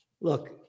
Look